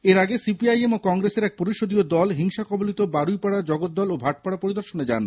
এর আগে সিপিআইএম ও কংগ্রেসের এক পরিষদীয় দল হিংসা কবলিত বারুইপাড়া জগদ্দল ও ভাটপাড়া পরিদর্শনে যান